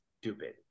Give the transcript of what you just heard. stupid